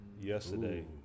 yesterday